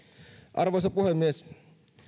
arvoisa puhemies